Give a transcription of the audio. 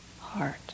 heart